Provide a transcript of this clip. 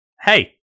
Hey